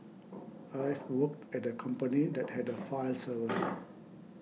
I've worked at a company that had a file server